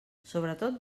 sobretot